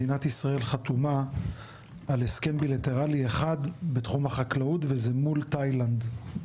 מדינת ישראל חתומה על הסכם בילטרלי אחד בתחום החקלאות וזה מול תאילנד.